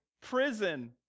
Prison